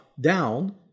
down